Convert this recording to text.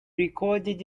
recorded